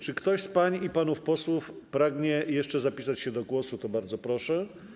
Jeżeli ktoś z pań i panów posłów pragnie jeszcze zapisać się do głosu, to bardzo proszę.